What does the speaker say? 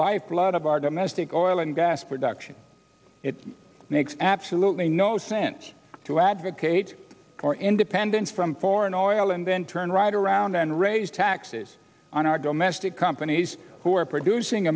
lifeblood of our domestic oil and gas production it makes absolutely no sense to advocate for independence from four or an oil and then turn right around and raise taxes on our domestic companies who are producing